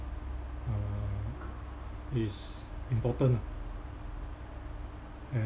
uh it's important ah and